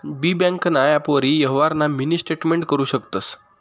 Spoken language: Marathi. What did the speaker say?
बी ब्यांकना ॲपवरी यवहारना मिनी स्टेटमेंट करु शकतंस